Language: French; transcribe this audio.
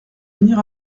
venir